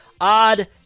Odd